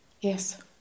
Yes